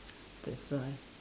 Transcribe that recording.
that's why